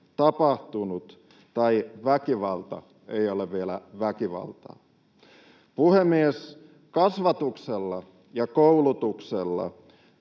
tapahtunut tai väkivalta ei ole vielä väkivaltaa. Puhemies! Kasvatuksella ja koulutuksella,